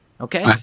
Okay